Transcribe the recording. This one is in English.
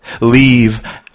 Leave